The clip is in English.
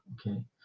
okay